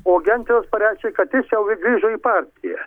o gentvilas pareiškė kad tiesiogiai grįžo į partiją